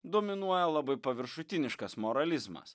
dominuoja labai paviršutiniškas moralizmas